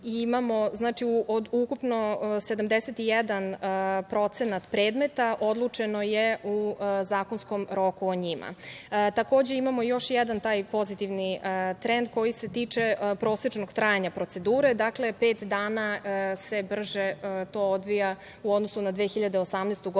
o ukupno 71% predmeta odlučeno je u zakonskom roku. Takođe, imamo još jedan pozitivan trend koji se tiče prosečnog trajanja procedure. Dakle, pet dana se brže to odvija u odnosu na 2018. godinu,